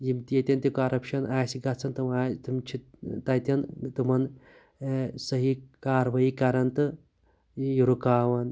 یِم تہِ ییٚتٮ۪ن تہِ کَوٚرَپشَن آسہِ گَژھان تم آیہِ تِم چھ تَتٮ۪ن تِمَن سہی کاروأیی کَران تہٕ یہِ رُکاوان